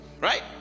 right